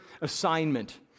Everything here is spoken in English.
assignment